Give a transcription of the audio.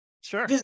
Sure